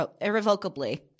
irrevocably